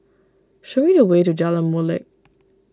show me the way to Jalan Molek